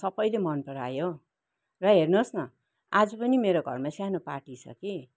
सबैले मन परायो हौ र हेर्नुहोस् न आज पनि मेरो घरमा सानु पार्टी छ कि